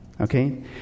okay